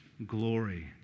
glory